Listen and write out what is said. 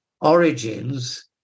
origins